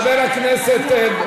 חבר הכנסת,